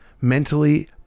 mentally